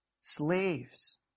slaves